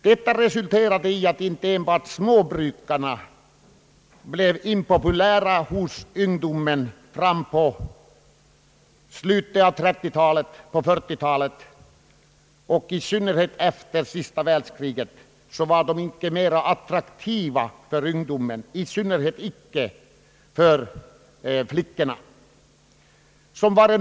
Det resulterade i att småbruken blev impopulära hos ungdomen mot slutet av 30-talet och under 40-talet. I synnerhet efter andra världskriget var de inte längre attraktiva för ungdomen, särskilt inte för flickorna.